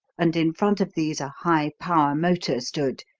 and, in front of these a high-power motor stood,